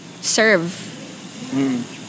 serve